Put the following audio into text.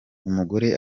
umugore